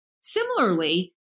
Similarly